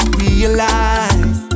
realize